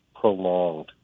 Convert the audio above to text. prolonged